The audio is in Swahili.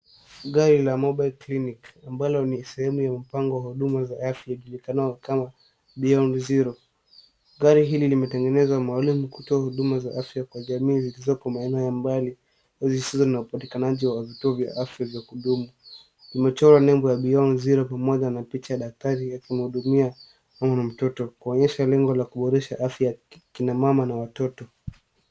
Gari la mobile clinic ambalo ni sehemu ya mpango wa huduma za afya ijulikanayo kama beyond zero . Gari hili limetengenezwa maalum kutoa huduma za afya kwa jamii zilizo kwa maeneo ya mbali au zisizo na upatikanaji wa vituo vya afya vya kudumu. Imechorwa nembo ya Beyond Zero pamoja na picha ya daktari akimhudumia mama na mtoto kuonyesha lengo la kuboresha afya ya kina mama na watoto.